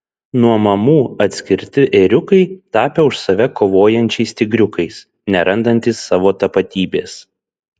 nuo mamų atskirti ėriukai tapę už save kovojančiais tigriukais nerandantys savo tapatybės